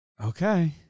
Okay